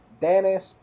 Dennis